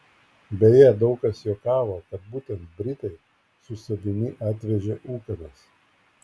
beje daug kas juokavo kad būtent britai su savimi atvežė ūkanas